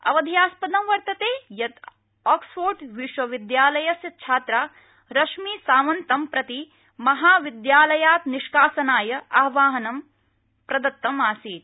अवधेयास्पदं वर्तते यत् ऑक्सफोर्ड विश्वविद्यालयस्य छात्रा रश्मिसांवतं प्रति महाविद्यालयात् निष्कासनाय आह्वानं प्रदत्तम् आसीत्